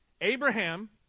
Abraham